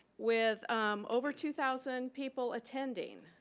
with over two thousand people attending,